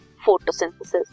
photosynthesis